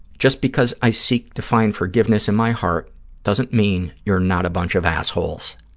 just because i seek to find forgiveness in my heart doesn't mean you're not a bunch of assholes.